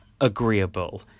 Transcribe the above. agreeable